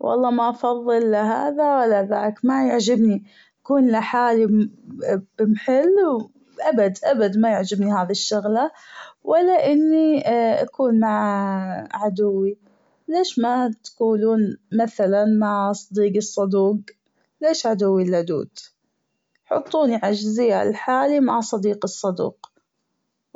والله ما أفظل لا هذا ولا ذاك مايعجبني كل حال بمحله أبد أبد مايعجبني هذي الشغلة ولا أني كون مع عدوي ليش ماتقولون مثلا مع صديقي الصدوق ليش عدوي اللدود حطوني علي جزيرة لحالي مع صديقي الصدوق